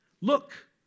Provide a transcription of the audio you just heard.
Look